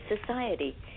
society